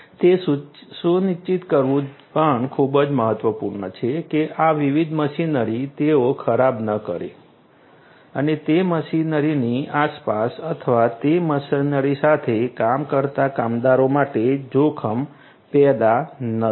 તે સુનિશ્ચિત કરવું પણ ખૂબ જ મહત્વપૂર્ણ છે કે આ વિવિધ મશીનરી તેઓ ખરાબ ન કરે અને તે મશીનરીની આસપાસ અથવા તે મશીનરી સાથે કામ કરતા કામદારો માટે જોખમો પેદા ન કરે